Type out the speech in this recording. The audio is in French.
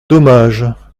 dommage